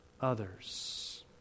others